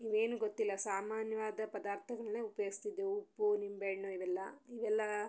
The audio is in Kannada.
ಇವೇನೂ ಗೊತ್ತಿಲ್ಲ ಸಾಮಾನ್ಯವಾದ ಪದಾರ್ಥಗಳನ್ನೇ ಉಪಯೋಗಿಸ್ತಿದ್ದೆ ಉಪ್ಪು ನಿಂಬೆಹಣ್ಣು ಇವೆಲ್ಲ ಇವೆಲ್ಲ